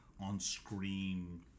on-screen